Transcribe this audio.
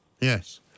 Yes